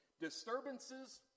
Disturbances